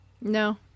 No